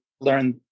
learn